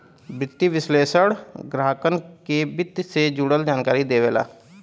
वित्तीय विश्लेषक ग्राहकन के वित्त से जुड़ल जानकारी देवेला